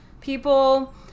people